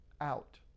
out